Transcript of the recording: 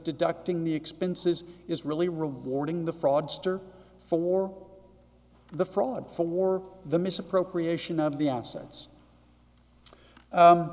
deducting the expenses is really rewarding the fraudster for the fraud for war the misappropriation of the onsets